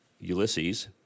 Ulysses